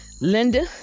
Linda